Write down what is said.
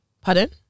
Pardon